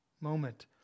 moment